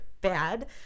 bad